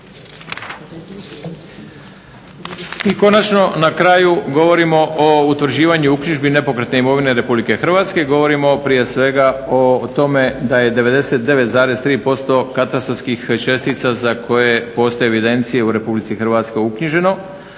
I konačno na kraju govorimo o utvrđivanju i uknjižbi nepokretne imovine RH, govorimo prije svega o tome da je 99,3% katastarskih čestica za koje postoje evidencije u RH uknjiženo,